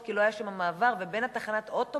כי לא היה שם מעבר לתחנת האוטובוס,